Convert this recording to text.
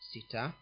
Sita